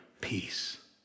peace